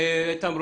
בבקשה, איתן ברושי.